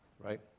Right